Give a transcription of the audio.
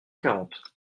quarante